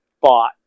bought